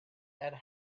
and